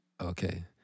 Okay